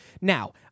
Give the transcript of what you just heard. Now